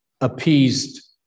appeased